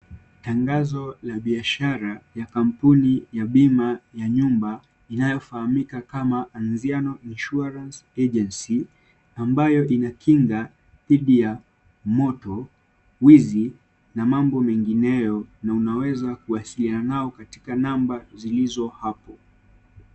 Tangazo la biashara ya kampuni ya bima ya nyumba, inayofahamika kama Anziano Insurance Agency, ambayo inakinga dhidi ya moto, wizi na mambo mengineyo na unaweza kuwasiliana nao katika namba zilizo hapo.